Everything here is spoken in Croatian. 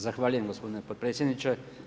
Zahvaljujem gospodine potpredsjedniče.